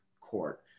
court